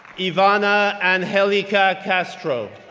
ivana angelica castro,